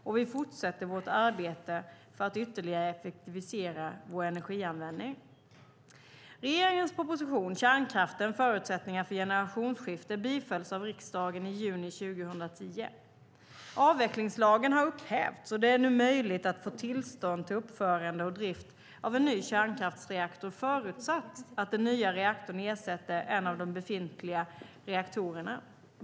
Och vi fortsätter vårt arbete för att ytterligare effektivisera vår energianvändning. Regeringens proposition Kärnkraften - förutsättningar för generationsskifte bifölls av riksdagen i juni 2010. Avvecklingslagen har upphävts och det är nu möjligt att få tillstånd till uppförande och drift av en ny kärnkraftsreaktor, förutsatt att den nya reaktorn ersätter en av de befintliga reaktorerna.